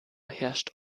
herrscht